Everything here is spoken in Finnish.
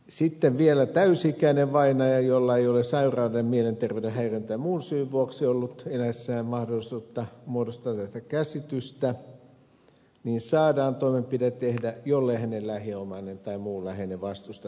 sitten vielä täysi ikäiselle vainajalle jolla ei ole sairauden mielenterveyden häiriön tai muun syyn vuoksi ollut eläessään mahdollisuutta muodostaa tätä käsitystä saadaan toimenpide tehdä jollei hänen lähiomaisensa tai muu läheisensä vastusta sitä